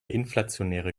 inflationäre